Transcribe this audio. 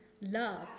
love